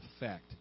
effect